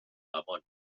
gabon